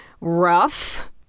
rough